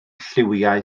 lliwiau